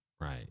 Right